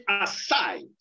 aside